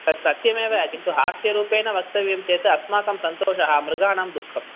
तत् सत्यमेव किन्तु हास्यरूपेण वक्तव्यं चेत् अस्माकं सन्तोषः मृगाणां दुःखम्